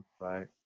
Right